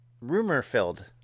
rumor-filled